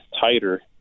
tighter